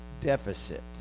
deficit